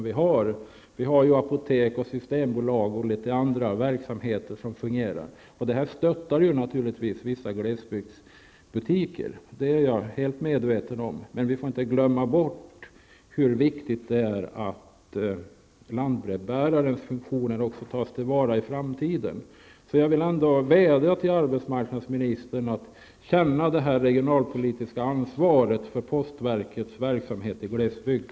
Vi har ju apotek, systembolag och andra verksamheter som fungerar. Det stöttar naturligtvis vissa glesbygdsbutiker. Det är jag helt medveten om. Men vi får inte glömma bort hur viktigt det är att lantbrevbärarnas funktioner tas till vara också i framtiden. Jag vill vädja till arbetsmarknadsministern att känna det regionalpolitiska ansvaret för postverkets verksamhet i glesbygden.